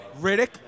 Riddick